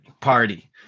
party